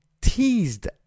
teased